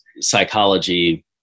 Psychology